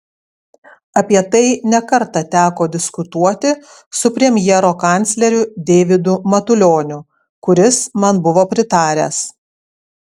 apie tai ne kartą teko diskutuoti su premjero kancleriu deividu matulioniu kuris man buvo pritaręs